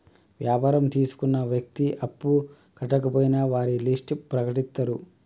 వ్యాపారం తీసుకున్న వ్యక్తి అప్పు కట్టకపోయినా వారి లిస్ట్ ప్రకటిత్తరు